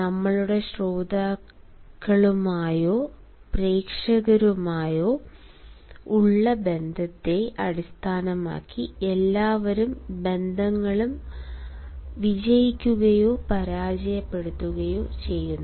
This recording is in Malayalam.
നമ്മളുടെ ശ്രോതാക്കളുമായോ പ്രേക്ഷകരുമായോ ഉള്ള ബന്ധത്തെ അടിസ്ഥാനമാക്കി എല്ലാത്തരം ബന്ധങ്ങളും വിജയിക്കുകയോ പരാജയപ്പെടുകയോ ചെയ്യുന്നു